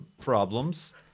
problems